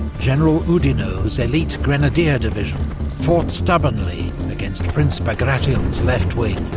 general oudinot's elite grenadier division fought stubbornly against prince bagration's left wing,